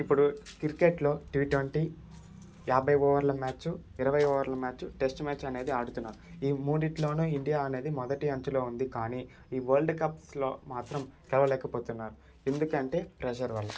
ఇప్పుడు క్రికెట్లో T twenty యాభై ఓవర్ల మ్యాచ్ ఇరవై ఓవర్ల మ్యాచ్ టెస్ట్ మ్యాచ్ అనేది ఆడుతున్నారు ఈ మూడిటిలోనూ ఇండియా అనేది మొదటి అంచెలో ఉంది కానీ ఈ వరల్డ్ కప్స్లో మాత్రం గెలవలేకపోతున్నారు ఎందుకంటే ప్రెషర్ వల్ల